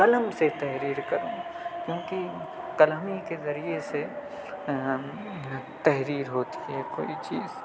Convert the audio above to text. قلم سے تحریر کروں کیونکہ قلم ہی کے ذریعے سے تحریر ہوتی ہے کوئی چیز